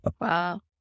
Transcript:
Wow